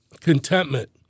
contentment